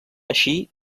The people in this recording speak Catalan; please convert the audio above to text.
així